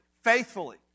faithfully